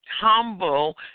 humble